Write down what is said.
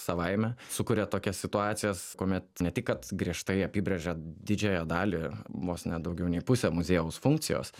savaime sukuria tokias situacijas kuomet ne tik kad griežtai apibrėžia didžiąją dalį vos ne daugiau nei pusę muziejaus funkcijos